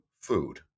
food